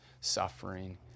suffering